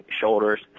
shoulders